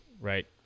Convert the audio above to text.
right